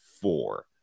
four